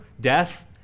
death